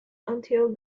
until